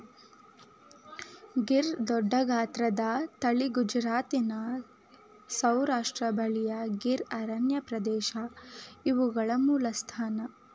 ಗೀರ್ ದೊಡ್ಡಗಾತ್ರದ ತಳಿ ಗುಜರಾತಿನ ಸೌರಾಷ್ಟ್ರ ಬಳಿಯ ಗೀರ್ ಅರಣ್ಯಪ್ರದೇಶ ಇವುಗಳ ಮೂಲಸ್ಥಾನ